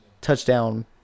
touchdown